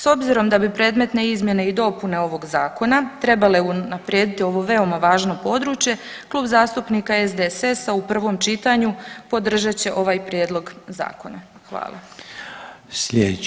S obzirom da bi predmetne izmjene i dopune ovog Zakona trebale unaprijediti ovo veoma važno područje, Kluba zastupnika SDSS-a u prvom čitanju podržat će ovaj prijedlog Zakona.